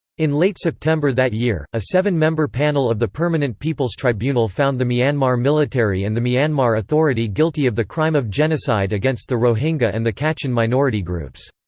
in late september that year, a seven-member panel of the permanent peoples' tribunal found the myanmar military and the myanmar authority guilty of the crime of genocide against the rohingya and the kachin minority groups.